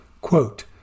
Quote